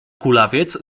kulawiec